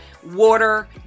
water